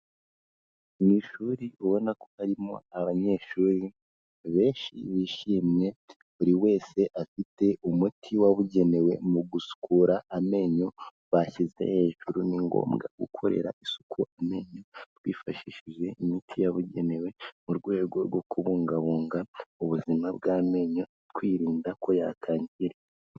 Mu ishuri ubona ko harimo abanyeshuri benshi bishimye, buri wese afite umuti wabugenewe mu gusukura amenyo, bashyize hejuru. Ni ngombwa gukorera isuku amenyo twifashishije imiti yabugenewe, mu rwego rwo kubungabunga ubuzima bw'amenyo twirinda ko yakangirika.